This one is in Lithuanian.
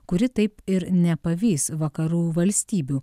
kuri taip ir nepavys vakarų valstybių